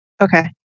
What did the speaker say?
Okay